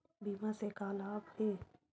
बीमा से का लाभ हे?